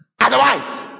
Otherwise